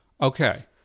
Okay